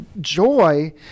joy